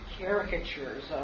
caricatures